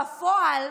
"בפועל",